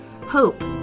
hope